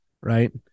right